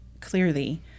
clearly